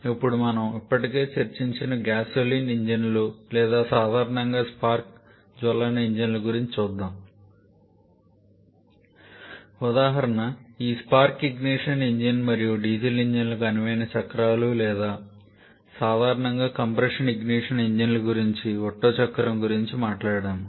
ఇప్పుడు మనము ఇప్పటికే చర్చించిన గ్యాసోలిన్ ఇంజన్లు లేదా సాధారణంగా స్పార్క్ జ్వలన ఇంజిన్ల గురించి చూద్దాము ఉదాహరణ ఈ స్పార్క్ ఇగ్నిషన్ ఇంజిన్ మరియు డీజిల్ ఇంజన్లకు అనువైన చక్రాలు లేదా సాధారణంగా కంప్రెషన్ ఇగ్నిషన్ ఇంజిన్ గురించి ఒట్టో చక్రం గురించి మాట్లాడాము